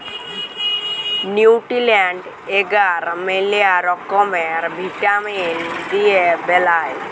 nutrient এগার ম্যালা রকমের ভিটামিল দিয়ে বেলায়